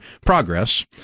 progress